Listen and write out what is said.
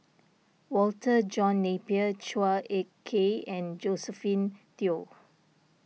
Walter John Napier Chua Ek Kay and Josephine Teo